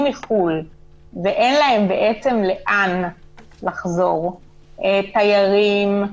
מחו"ל ואין להם לאן ללכת למשל תיירים,